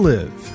Live